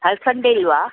ಅಲ್ಸಂದೆ ಇಲ್ವಾ